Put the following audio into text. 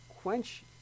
quench